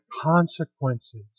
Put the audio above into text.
consequences